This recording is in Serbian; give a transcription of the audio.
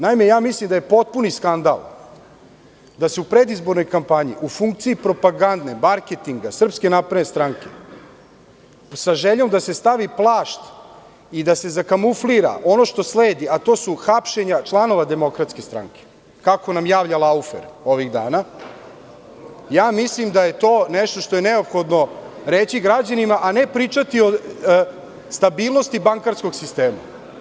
Naime, mislim da je potpuni skandal da se u predizbornoj kampanji u funkciji propagande, marketinga SNS sa željom da se stavi plašt i da se zakamuflira ono što sledi, a to su hapšenje članova DS, kako nam javlja Laufer ovih dana, mislim da je to nešto što je neophodno reći građanima, a ne pričati o stabilnosti bankarskog sistema.